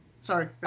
sorry